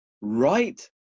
Right